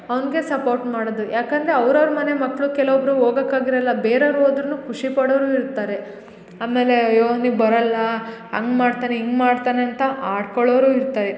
ಅವ್ನ್ಗೆ ಸಪೋಟ್ ಮಾಡೋದು ಯಾಕಂದರೆ ಅವ್ರು ಅವ್ರ ಮನೆ ಮಕ್ಕಳು ಕೆಲೊಬ್ಬರು ಹೋಗಕ್ಕಾಗಿರಲ್ಲ ಬೇರೋರು ಹೋದ್ರು ಖುಷಿ ಪಡೋರು ಇರ್ತಾರೆ ಆಮೇಲೆ ಅಯ್ಯೋ ನೀವು ಬರಲ್ಲ ಹಂಗೆ ಮಾಡ್ತಾನೆ ಹಿಂಗೆ ಮಾಡ್ತಾನೆ ಅಂತ ಆಡ್ಕೊಳ್ಳೋರು ಇರ್ತಾರೆ